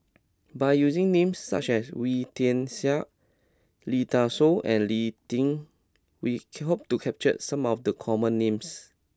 by using names such as Wee Tian Siak Lee Dai Soh and Lee Tjin we hope to capture some of the common names